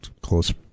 close